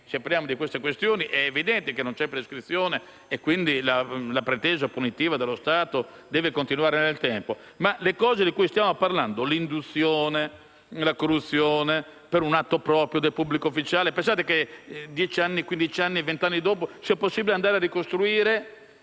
di omicidi o di simili reati, è evidente che non c'è prescrizione e quindi la pretesa punitiva dello Stato deve continuare nel tempo, ma per le cose di cui stiamo parlando (l'induzione, la corruzione per un atto proprio del pubblico ufficiale), pensate che dieci o quindici anni dopo sia possibile andare a ricostruire